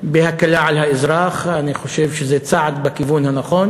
בהקלה על האזרח, אני חושב שזה צעד בכיוון הנכון.